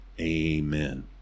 Amen